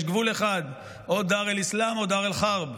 יש גבול אחד, או דאר אל-אסלאם או דאר אל-חרב.